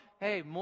hey